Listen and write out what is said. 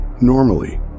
Normally